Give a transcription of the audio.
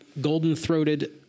golden-throated